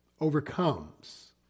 overcomes